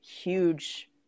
huge